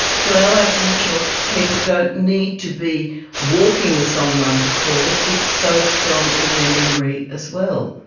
so our aboriginal people don't need to be walking the songline to call it, it's so strong in their memory as well.